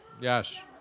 Yes